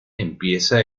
empieza